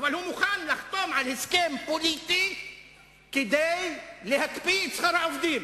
הוא מוכן לחתום על הסכם פוליטי כדי להקפיא את שכר העובדים.